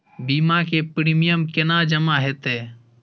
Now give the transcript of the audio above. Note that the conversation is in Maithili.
बीमा के प्रीमियम केना जमा हेते?